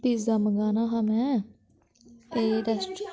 pizza मंगाना हा में ते रैस्टोरैंट